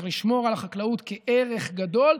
צריך לשמור על החקלאות כערך גדול,